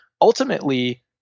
ultimately